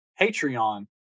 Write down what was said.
Patreon